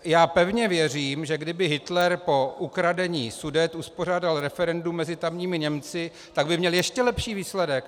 Já pevně věřím, že kdyby Hitler po ukradení Sudet uspořádal referendum mezi tamními Němci, tak by měl ještě lepší výsledek.